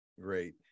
Great